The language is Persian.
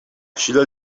شیلا